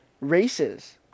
races